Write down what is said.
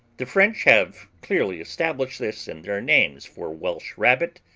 the french have clearly established this in their names for welsh rabbit,